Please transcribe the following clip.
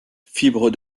fibre